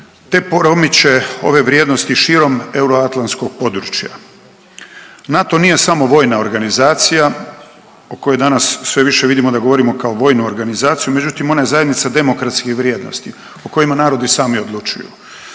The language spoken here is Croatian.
te promiče ove vrijednosti širom euroatlantskog područja. NATO nije samo vojna organizacija o kojoj danas sve više vidimo da govorimo kao vojnoj organizaciju, međutim, ona je zajednica demokratskih vrijednosti o kojima narodi sami odlučuju,